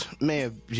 man